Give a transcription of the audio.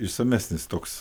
išsamesnis toks